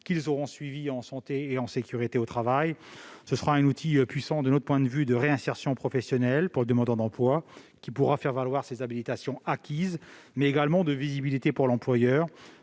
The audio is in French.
qu'ils auront suivies en matière de santé et de sécurité au travail. Ce sera un outil puissant de réinsertion professionnelle pour le demandeur d'emploi, qui pourra faire valoir les habilitations acquises, mais également de visibilité pour l'employeur,